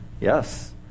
Yes